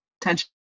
tension